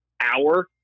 hour